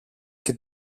και